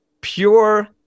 pure